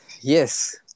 Yes